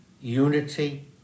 unity